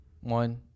One